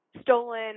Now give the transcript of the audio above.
stolen